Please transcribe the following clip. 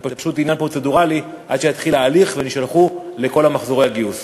זה פשוט עניין פרוצדורלי עד שיתחיל ההליך והם יישלחו לכל מחזורי הגיוס.